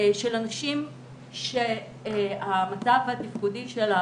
של אנשים שהמצב התפקודי,